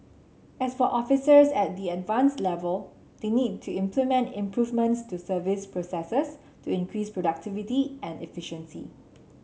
as for officers at the Advanced level they need to implement improvements to service processes to increase productivity and efficiency